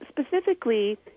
specifically